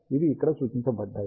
ఇవి ఇక్కడ సూచించబడ్డాయి